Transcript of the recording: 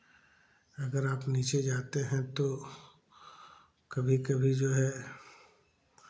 अगर आप नीचे जाते हैं तो कभी कभी जो है